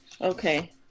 okay